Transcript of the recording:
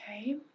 Okay